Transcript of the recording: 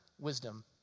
wisdom